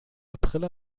april